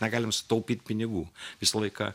negalime sutaupyt pinigų visą laiką